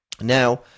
Now